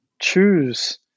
choose